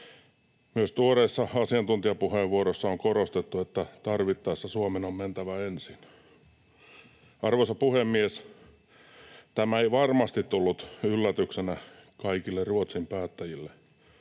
Myös tuoreessa asiantuntijapuheenvuorossa on korostettu, että tarvittaessa Suomen on mentävä ensin. Arvoisa puhemies! Tämä ei varmasti tullut yllätyksenä kaikille Ruotsin päättäjille.